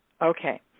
Okay